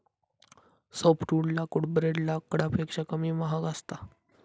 softwood लाकूड ब्रेड लाकडापेक्षा कमी महाग असता